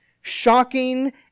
Shocking